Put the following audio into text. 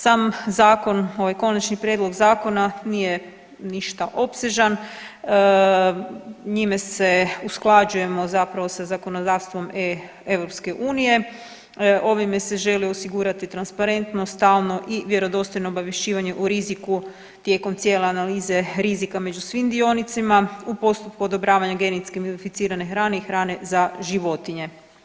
Sam zakon ovaj Konačni prijedlog Zakona nije ništa opsežan, njime se usklađujemo zapravo sa zapravo sa zakonodavstvom EU, ovime se želi osigurati transparentnost, stalno i vjerodostojno obavješćivanje u riziku tijekom cijele analize rizika među svim dionicima, u postupku odobravanja genetski modificirane hrane i hrane za životinje.